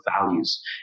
values